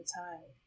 time